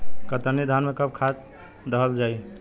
कतरनी धान में कब कब खाद दहल जाई?